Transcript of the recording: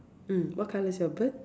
mm what color is your bird